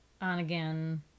on-again